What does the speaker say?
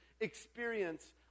experience